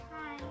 hi